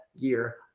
year